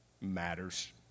matters